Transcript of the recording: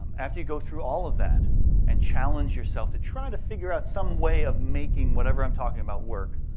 after you go through all of that and challenge yourself to try to figure out some way of making whatever i'm talking about work,